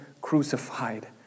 crucified